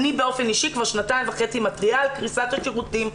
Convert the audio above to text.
אני באופן אישי כבר שנתיים וחצי מתריעה על קריסת השירותים.